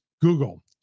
Google